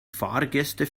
fahrgäste